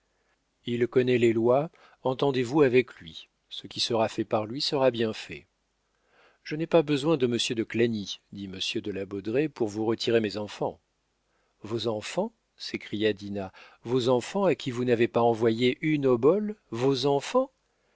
il connaît les lois entendez-vous avec lui ce qui sera fait par lui sera bien fait je n'ai pas besoin de monsieur de clagny dit monsieur de la baudraye pour vous retirer mes enfants vos enfants s'écria dinah vos enfants à qui vous n'avez pas envoyé une obole vos enfants